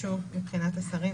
שחשוב מבחינת השרים,